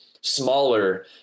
smaller